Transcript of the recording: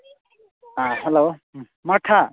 ꯑꯥ ꯍꯜꯂꯣ ꯃꯥꯔꯊꯥ